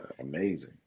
amazing